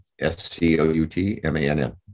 S-C-O-U-T-M-A-N-N